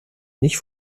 nicht